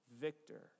Victor